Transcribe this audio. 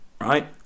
Right